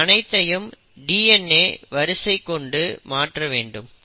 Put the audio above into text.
இது அனைத்தையும் DNA வரிசை கொண்டு மாற்ற வேண்டும்